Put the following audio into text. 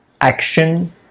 action